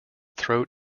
throat